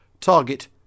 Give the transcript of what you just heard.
Target